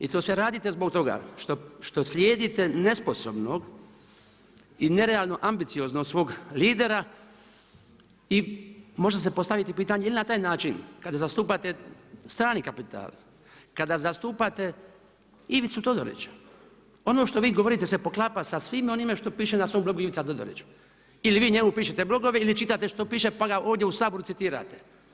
I to sve radite zbog toga što slijedite nesposobnog i nerealno ambicioznog svog lidera i može se postaviti pitanje je li na taj način kad zastupate strani kapital, kada zastupate Ivicu Todorića, ono što govorite se poklapa sa svim onime što piše na svom blogu Ivica Todorić ili vi njemu pišete blogove ili čitate što piše, pa ga ovdje u Saboru citirate.